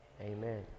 Amen